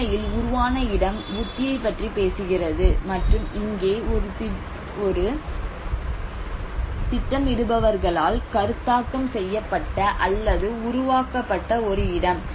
உண்மையில் உருவான இடம் புத்தியைப் பற்றி பேசுகிறது மற்றும் இங்கே இது திட்டமிடுபவர்களால் கருத்தாக்கம் செய்யப்பட்ட அல்லது உருவாக்கப்பட்ட ஒரு இடம்